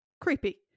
creepy